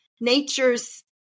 nature's